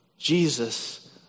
Jesus